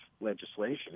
legislation